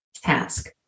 task